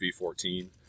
V14